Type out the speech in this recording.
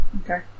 Okay